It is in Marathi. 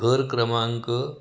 घर क्रमांक